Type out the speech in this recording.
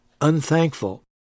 unthankful